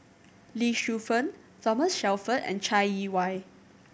Lee Shu Fen Thomas Shelford and Chai Yee Wei